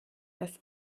dass